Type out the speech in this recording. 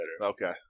Okay